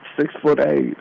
six-foot-eight